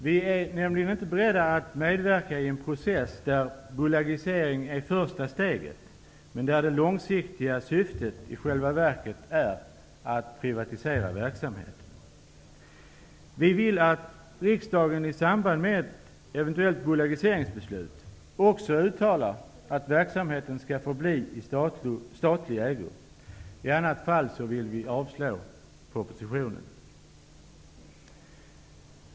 Vi är nämligen inte beredda att medverka i en process där bolagisering är första steget men där det långsiktiga syftet i själva verket är att privatisera verksamheten. Vi vill att riksdagen i samband med ett eventuellt bolagiseringsbeslut också uttalar att verksamheten skall få förbli i statlig ägo. I annat fall vill vi att propositionen avslås.